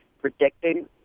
predicting